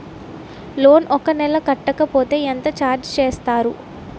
Loan ఒక నెల కట్టకపోతే ఎంత ఛార్జ్ చేస్తారు?